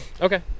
okay